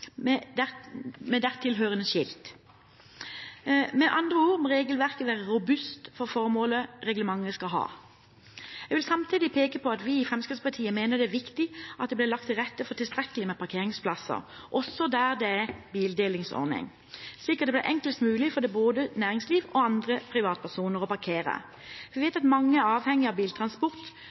med tilhørende skilt. Med andre ord må regelverket være robust for det formålet reglementet skal ha. Jeg vil samtidig peke på at vi i Fremskrittspartiet mener det er viktig at det blir lagt til rette for tilstrekkelig med parkeringsplasser, også der det er bildelingsordning, slik at det blir enklest mulig for både næringsliv og privatpersoner å parkere. Vi vet at mange er avhengig av biltransport.